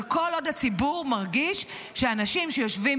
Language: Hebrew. אבל כל עוד הציבור מרגיש שהאנשים שיושבים